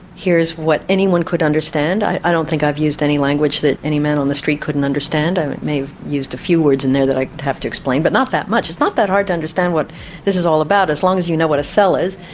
here is what anyone could understand. i i don't think i've used any language that any man on the street couldn't understand i may have used a few words in there that i'd have to explain, but not that much. it's not that hard to understand what this is all about as long as you know what a cell is,